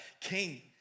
king